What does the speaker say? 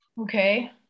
Okay